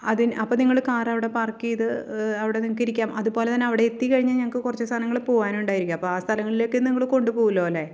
അതിന് അപ്പം നിങ്ങൾ കാറവിടെ പാർക്ക് ചെയ്ത് അവിടെ നിങ്ങൾക്കിരിക്കാം അതുപോലെതന്നെ അവിടെ എത്തിക്കഴിഞ്ഞാൽ ഞങ്ങൾക്ക് കുറച്ച് സാധനങ്ങൾ പോകാനുണ്ടായിരിക്കും അപ്പോൾ ആ സ്ഥലങ്ങളിലേക്ക് നിങ്ങൾ കൊണ്ടുപോകുമല്ലോല്ലെ